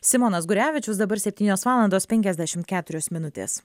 simonas gurevičius dabar septynios valandos penkiasdešimt keturios minutės